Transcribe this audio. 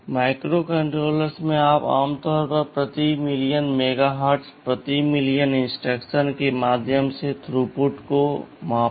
microcontrollers में आप आमतौर पर प्रति मिलियन मेगाहर्ट्ज़ प्रति मिलियन इंस्ट्रक्शंस के माध्यम से थ्रूपुट को मापते हैं